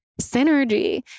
synergy